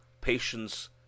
patience